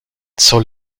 zur